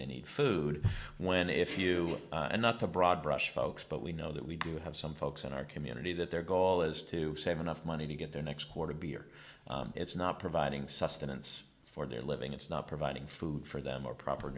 they need food when if you and not the broad brush folks but we know that we do have some folks in our community that their goal is to save enough money to get their next quarter beer it's not providing sustenance for their living it's not providing food for them or proper